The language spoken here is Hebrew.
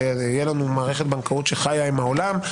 שתהיה לנו מערכת בנקאות שחיה עם העולם,